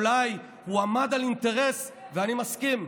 אולי הוא עמד על אינטרס, ואני מסכים,